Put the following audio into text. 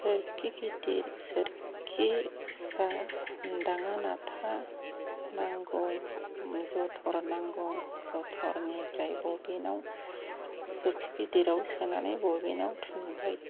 सोरखि गिदिर सोरखि फिसा दाङानाथा नांगौ जथर नांगौ जथरनिफ्राय बबिनाव सोरखि गिदिराव सोनानै बबिनाव थुनबाय